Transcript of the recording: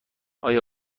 آیا